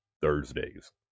Thursdays